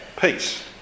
peace